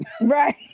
right